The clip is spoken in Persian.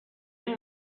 این